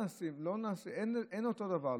אין אותו דבר,